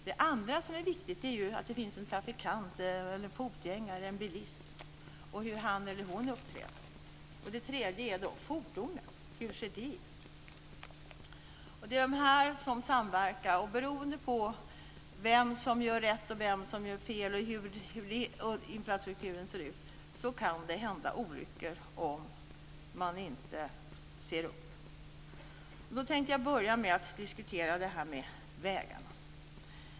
Det andra som är viktigt är att det finns en trafikant, en fotgängare och en bilist och hur han eller hon upplever det. Det tredje är fordonet. Hur ser det ut? Det är dessa som samverkar. Beroende på vem som gör rätt och vem som gör fel och hur infrastrukturen ser ut kan det hända olyckor om man inte ser upp. Jag tänkte börja med att diskutera vägarna.